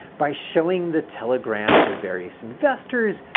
by showing the telegraph to various investors,